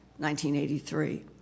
1983